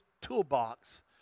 toolbox